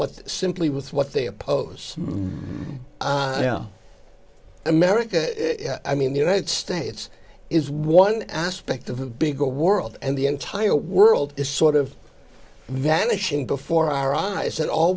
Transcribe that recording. what simply with what they oppose america i mean the united states is one aspect of the big o world and the entire world is sort of vanishing before our eyes and all